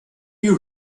you